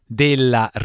della